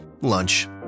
lunch